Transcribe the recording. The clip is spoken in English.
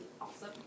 awesome